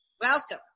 Welcome